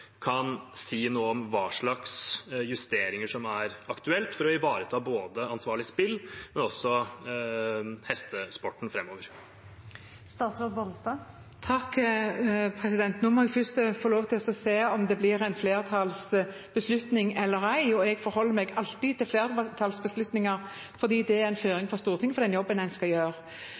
kan si noe om hva slags justeringer som er aktuelt for å ivareta både ansvarlig spill og også hestesporten framover. Nå må jeg først få lov til å se om det blir en flertallsbeslutning eller ei. Jeg forholder meg alltid til flertallsbeslutninger fordi det er en føring fra Stortinget for den jobben en skal gjøre.